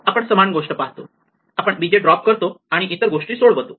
आपण समान गोष्ट पाहतो आपण b j ड्रॉप करतो आणि इतर गोष्टी सोडवतो